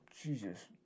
jesus